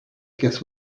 guess